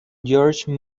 george